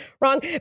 wrong